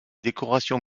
décorations